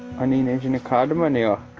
aaniin ezhinikaadaman yeah